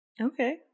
Okay